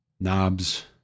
knobs